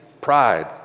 pride